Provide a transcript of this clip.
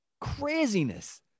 craziness